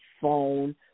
phone